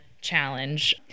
challenge